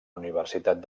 universitat